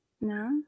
No